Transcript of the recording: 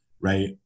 right